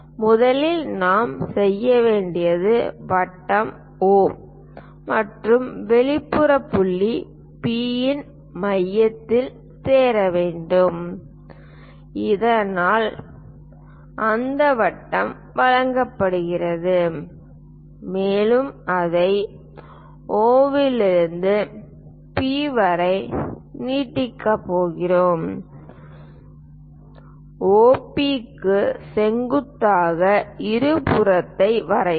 முதலாவதாக நாம் செய்ய வேண்டியது வட்டம் O மற்றும் வெளிப்புற புள்ளி P இன் மையத்தில் சேர வேண்டும் இதனால் அந்த வட்டம் வழங்கப்படுகிறது மேலும் அதை O இலிருந்து P வரை நீட்டிக்கப் போகிறோம் OP க்கு செங்குத்தாக இருபுறத்தை வரையவும்